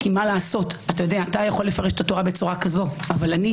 כי אתה יכול לפרש את התורה בצורה כזו אבל אני